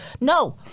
No